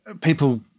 people